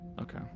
Okay